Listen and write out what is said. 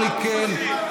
אני מבקש חוות דעת משפטית.